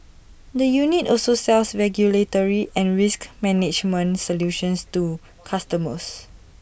the unit also sells regulatory and risk management solutions to customers